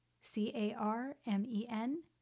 C-A-R-M-E-N